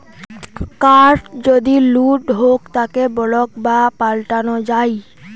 card যদি লুট হউক তাকে ব্লক বা পাল্টানো যাই